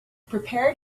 prepared